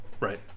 Right